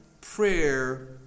prayer